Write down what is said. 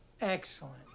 Excellent